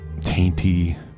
tainty